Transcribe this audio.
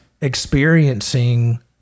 experiencing